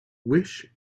wish